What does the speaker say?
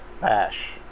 Bash